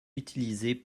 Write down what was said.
utilisée